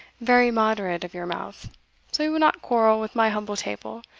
very moderate of your mouth, so you will not quarrel with my humble table.